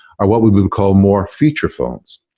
are what we would call more feature phones,